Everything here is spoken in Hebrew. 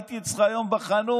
הייתי אצלך היום בחנות,